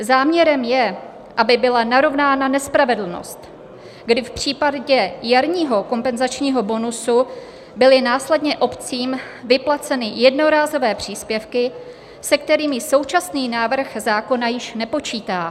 Záměrem je, aby byla narovnána nespravedlnost, kdy v případě jarního kompenzačního bonusu byly následně obcím vyplaceny jednorázové příspěvky, se kterými současný návrh zákona již nepočítá.